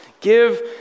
Give